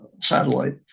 satellite